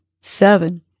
seven